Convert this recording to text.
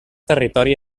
territori